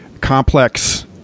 complex